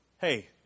hey